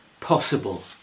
possible